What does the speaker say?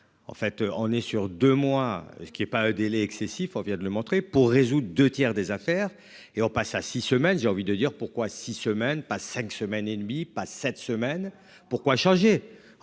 En fait, on est sûr de moi, ce qui est pas un délai excessif, on vient de le montrer. Pour résoudre 2 tiers des affaires et on passe à 6 semaines, j'ai envie de dire pourquoi six semaines passent 5 semaines et demie pas cette semaine. Pourquoi changer